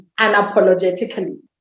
unapologetically